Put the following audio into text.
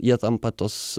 jie tampa tos